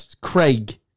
Craig